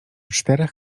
czterech